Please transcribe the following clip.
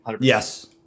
Yes